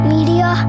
Media